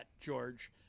George